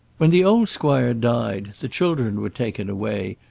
when the old squire died the children were taken away,